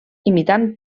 imitant